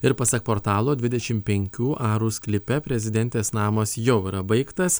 ir pasak portalo dvidešim penkių arų sklype prezidentės namas jau yra baigtas